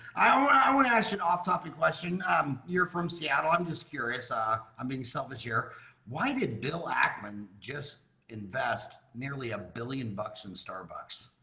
i want to ask you an off topic question you're from seattle i'm just curious ah i'm being selfish here why did bill ackman just invest nearly a billion bucks in starbucks?